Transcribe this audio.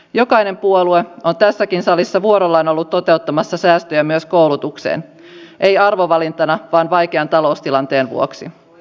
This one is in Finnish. jokainen puolue on tässäkin salissa vuorollaan ollut toteuttamassa säästöjä myös koulutukseen ei arvovalintana vaan vaikean taloustilanteen vuoksi